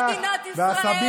ההלכה היהודית היא גם שלי.